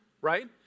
right